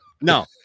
No